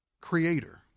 creator